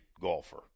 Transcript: golfer